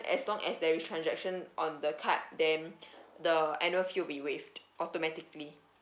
as long as there is transaction on the card then the annual fee will be waived automatically